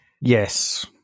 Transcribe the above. Yes